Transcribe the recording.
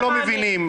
את זה אתם לא מבינים.